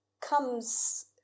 comes